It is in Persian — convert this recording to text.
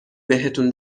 بهتون